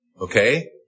Okay